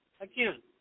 Again